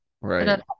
right